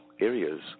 areas